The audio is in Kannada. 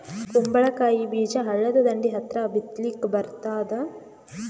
ಕುಂಬಳಕಾಯಿ ಬೀಜ ಹಳ್ಳದ ದಂಡಿ ಹತ್ರಾ ಬಿತ್ಲಿಕ ಬರತಾದ?